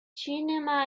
cinema